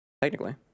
technically